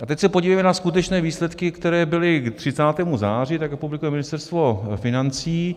A teď se podívejme na skutečné výsledky, které byly k 30. září, jak je publikuje Ministerstvo financí.